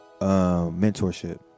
Mentorship